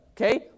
okay